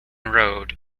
road